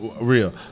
real